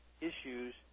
issues